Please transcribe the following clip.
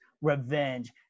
revenge